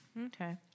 Okay